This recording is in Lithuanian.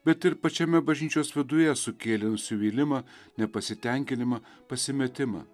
bet ir pačiame bažnyčios viduje sukėlė nusivylimą nepasitenkinimą pasimetimą